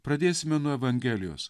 pradėsime nuo evangelijos